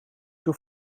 door